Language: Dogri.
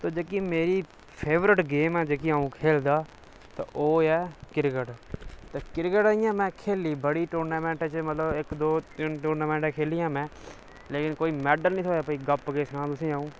जेह्की मेरी फेवरेट गेम जेह्की आऊं खेलना ते ओह् ऐ क्रिकेट क्रिकेट में इक दो बडिया टूर्नामैंटा खेली दियां लेकिन कोई मैडल नीं थ्होआ तुसैं गी गप्प केह् सुनां आऊं